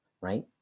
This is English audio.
right